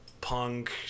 punk